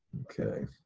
ok.